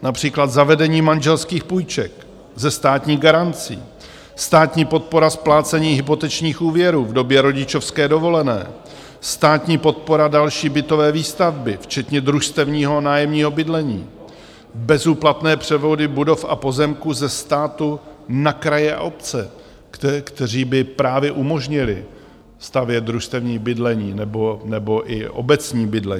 Například zavedení manželských půjček ze státní garancí, státní podpora splácení hypotečních úvěrů v době rodičovské dovolené, státní podpora další bytové výstavby, včetně družstevního nájemního bydlení, bezúplatné převody budov a pozemků ze státu na kraje a obce, které by právě umožnily stavět družstevní bydlení nebo i obecní bydlení.